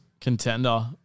Contender